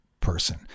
person